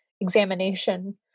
examination